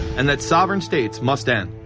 and that sovereign states must end.